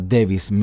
Davis